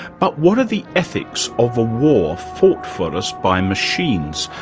but what are the ethics of a war fought for us by machines,